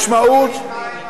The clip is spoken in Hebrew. חבר הכנסת חיים אורון,